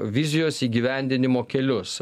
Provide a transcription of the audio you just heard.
vizijos įgyvendinimo kelius